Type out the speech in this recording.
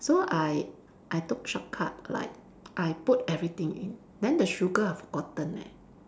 so I I took shortcut like I put everything in then the sugar I forgotten eh